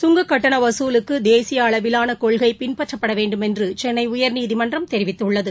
கங்கக்கட்டணவசூலுக்குதேசியஅளவிலானகொள்கைபின்பற்றப்படவேண்டுமென்றுசென்னைஉயர்நீதிம ன்றம் தெரிவித்துள்ளது